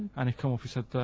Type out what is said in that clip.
an' he come up, he said, ah,